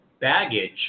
baggage